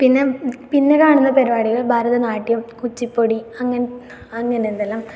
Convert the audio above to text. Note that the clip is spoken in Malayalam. പിന്നെ പിന്നെ കാണുന്ന പരിപാടികൾ ഭരതനാട്യം കുച്ചിപ്പുടി അങ്ങനെ അങ്ങനത്തെ എല്ലാം